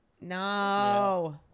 No